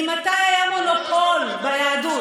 ממתי היה מונופול ביהדות?